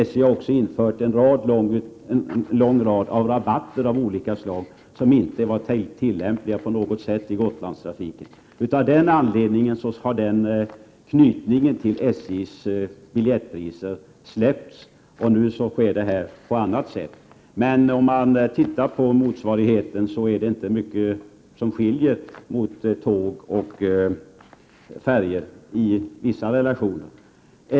SJ har också infört en lång rad rabatter av olika slag som inte på något sätt är tillämpliga i Gotlandstrafiken. Av den anledningen har man gått ifrån knytningen till SJ:s biljettpriser. Men om man jämför är det inte mycket som skiljer mellan tåg och färja för vissa relationer.